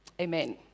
amen